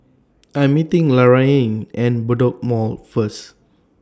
I Am meeting Laraine At Bedok Mall First